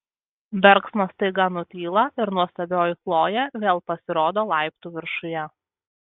verksmas staiga nutyla ir nuostabioji chlojė vėl pasirodo laiptų viršuje